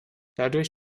dadurch